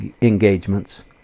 engagements